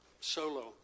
solo